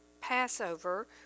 Passover